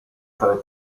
tale